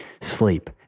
sleep